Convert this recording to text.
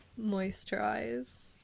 moisturize